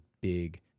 big